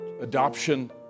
adoption